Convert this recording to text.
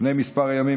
לפני כמה ימים,